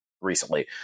recently